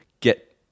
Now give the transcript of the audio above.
get